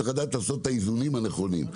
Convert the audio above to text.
צריך לעשות את האיזונים הנכונים.